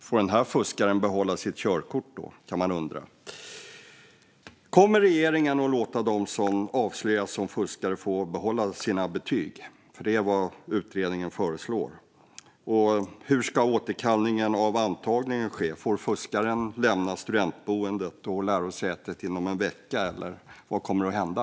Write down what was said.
Får den fuskaren behålla sitt körkort? Kommer regeringen att låta dem som avslöjas som fuskare behålla sina betyg? Det är nämligen vad utredningen föreslår. Och hur ska återkallandet av antagningen ske? Får fuskaren lämna studentboendet och lärosätet inom någon vecka, eller vad kommer att hända?